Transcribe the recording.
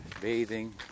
bathing